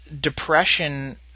depression